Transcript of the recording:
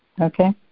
Okay